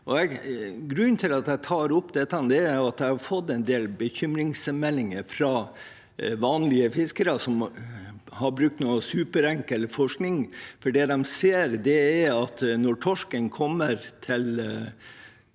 Grunnen til at jeg tar opp dette, er at jeg har fått en del bekymringsmeldinger fra vanlige fiskere som har brukt litt superenkel forskning. Det de ser, er at når torsken kommer til